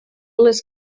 les